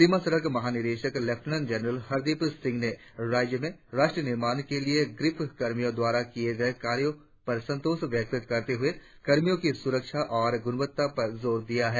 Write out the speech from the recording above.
सीमा सड़क महानिदेशक lieutenant general Hardeep Singh ने राज्य में राष्ट्र निर्माण के लिए ग्रिफ कर्मियों द्वारा किये गए कार्यों पर संतोष व्यक्त करते हुए कर्मियों की सुरक्षा और गुणवत्ता पर जोर दिया है